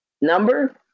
number